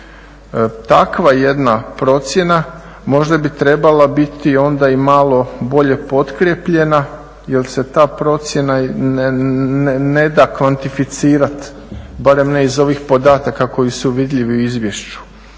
Takva jedna procjena možda bi trebala biti onda i malo bolje potkrijepljena jer se ta procjena neda kvantificirati, barem ne iz ovih podataka koji su vidljivi u izvješću.